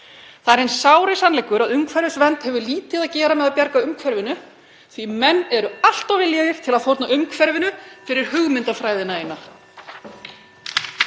Það er hinn sári sannleikur að umhverfisvernd hefur lítið að gera með að bjarga umhverfinu því að menn eru allt of viljugir til að fórna umhverfinu fyrir hugmyndafræðina eina.